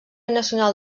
nacional